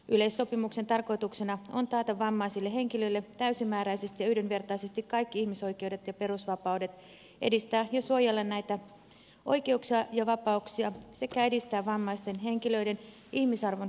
yleissopimuksen tarkoituksena on taata vammaisille henkilöille täysimääräisesti ja yhdenvertaisesti kaikki ihmisoikeudet ja perusvapaudet edistää ja suojella näitä oikeuksia ja vapauksia sekä edistää vammaisten henkilöiden ihmisarvon kunnioittamista